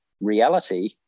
reality